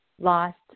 lost